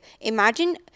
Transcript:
imagine